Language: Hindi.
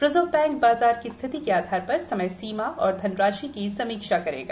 रिजर्व बैंक बाजार की स्थिति के आधार पर समय सीमा और धनराशि की समीक्षा करेगा